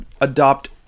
adopt